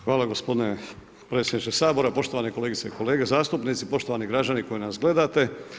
Hvala gospodine predsjedniče Sabora, poštovane kolegice i kolege zastupnici, poštovani građani koji nas gledate.